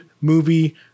movie